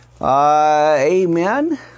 Amen